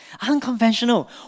Unconventional